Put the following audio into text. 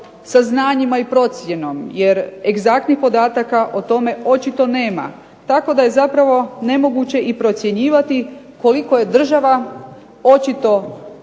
saznanjima i procjenom. Jer egzaktnih podataka o tome očito nema. Tako da je zapravo i nemoguće procjenjivati koliko je država očito